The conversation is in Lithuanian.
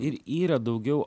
ir yra daugiau